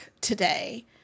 today